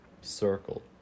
circle